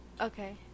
Okay